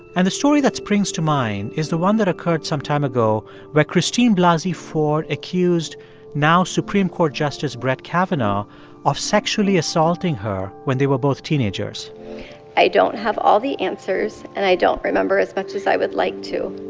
and the story that springs to mind is the one that occurred some time ago where christine blasey ford accused now supreme court justice brett kavanaugh of sexually assaulting her when they were both teenagers i don't have all the answers, and i don't remember as much as i would like to,